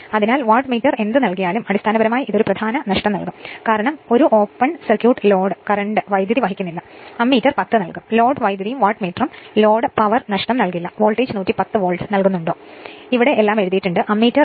അതിനാൽ വാട്ട്മീറ്റർ എന്ത് നൽകിയാലും അടിസ്ഥാനപരമായി ഇത് ഒരു പ്രധാന നഷ്ടം നൽകും കാരണം ഒരു ഓപ്പൺ സർക്യൂട്ട് ലോഡ് കറന്റ് വഹിക്കുന്നില്ല അമ്മീറ്റർ I0 നൽകും ലോഡ് കറന്റും വാട്ട്മീറ്ററും ലോഡ് പവർ നഷ്ടം നൽകില്ല വോൾട്ടേജ് 110 വോൾട്ട് നൽകുന്നുണ്ടോ